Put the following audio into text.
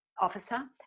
officer